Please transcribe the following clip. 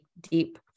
deep